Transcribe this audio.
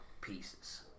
pieces